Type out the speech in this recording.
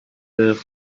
verre